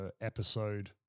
Episode